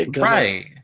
right